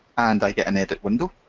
and i get an edit window.